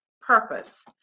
purpose